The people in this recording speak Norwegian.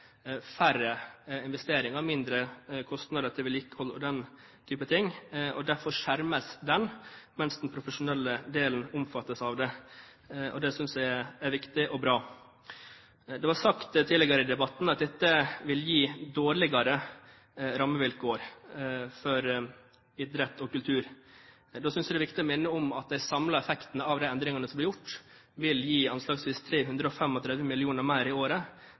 færre investeringer, mindre kostnader til vedlikehold og den type ting. Derfor skjermes den, mens den profesjonelle delen omfattes av det. Det synes jeg er viktig og bra. Det har blitt sagt tidligere i debatten at dette vil gi dårligere rammevilkår for idrett og kultur. Da synes jeg det er viktig å minne om at den samlede effekten av de endringene som blir gjort, vil gi anslagsvis 335 mill. kr mer i året